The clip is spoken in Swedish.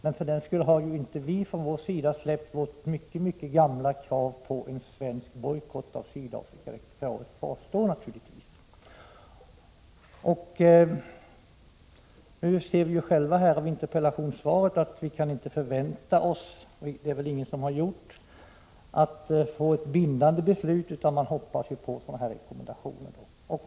Vi har dock från vår sida för den skull 75 inte släppt vårt gamla krav på en svensk bojkott av Sydafrika — det kvarstår naturligtvis. Nu ser vi av interpellationssvaret att vi inte kan förvänta oss ett bindande beslut — och det har väl ingen trott på —, utan att man hoppas på rekommendationer.